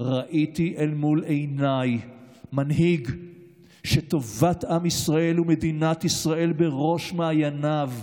ראיתי אל מול עיניי מנהיג שטובת עם ישראל ומדינת ישראל בראש מעייניו,